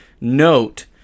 note